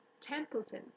Templeton